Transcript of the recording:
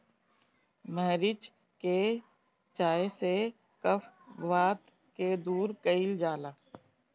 मरीच के चाय से कफ वात के दूर कइल जाला